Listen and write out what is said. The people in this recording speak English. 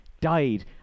died